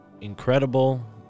incredible